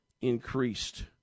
increased